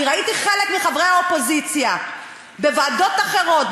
אני ראיתי חלק מחברי האופוזיציה בוועדות אחרות,